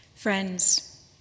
Friends